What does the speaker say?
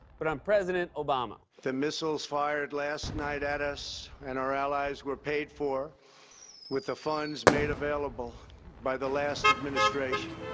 but on president obama. the missiles fired last night at us and our allies were paid for with the funds made available by the last administration.